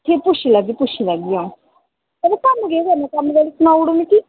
ते अं'ऊ पुच्छी लैगी अं'ऊ पुच्छी लैगी कम्म केह् करना कम्म सनाई ओड़ो मिगी